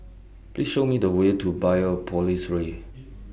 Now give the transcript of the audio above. Please Show Me The Way to Biopolis Way